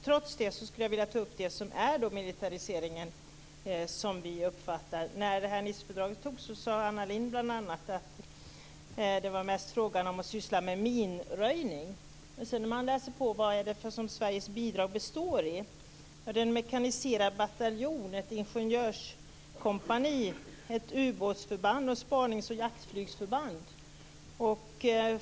Trots det skulle jag vilja ta upp det som vi uppfattar som militarisering. När Nicefördraget slöts sade Anna Lindh bl.a. att det mest var fråga om att syssla med minröjning. När man sedan läser vad det är Sveriges bidrag består i finner man att det är en mekaniserad bataljon, ett ingenjörskompani, ett ubåtsförband och ett spanings och jaktflygsförband.